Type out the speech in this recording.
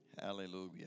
Hallelujah